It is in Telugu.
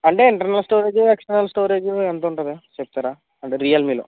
అంటే ఇంటర్నల్ స్టోరేజు ఎక్స్టర్నల్ స్టోరేజు ఎంతుంటుందండి చెప్తారా అంటే రియల్మీలో